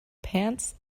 pants